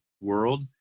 world